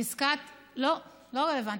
לא, לא רלוונטית.